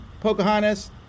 Pocahontas